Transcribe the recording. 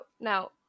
now